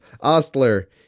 Ostler